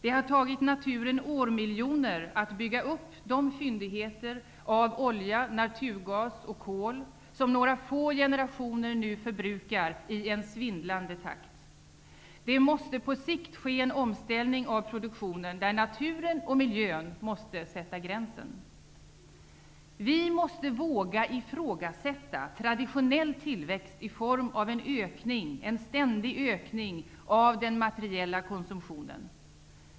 Det har tagit naturen årmiljoner att bygga upp de fyndigheter av olja, naturgas och kol som några få generationer nu förbrukar i en svindlande takt. Det måste på sikt ske en omställning av produktionen. Naturen och miljön måste sätta gränsen. Vi måste våga ifrågasätta traditionell tillväxt i form av en ständig ökning av den materiella konsumtionen.